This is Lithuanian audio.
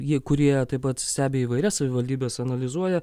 jie kurie taip pat stebi įvairias savivaldybes analizuoja